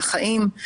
החיים.